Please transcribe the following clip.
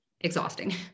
exhausting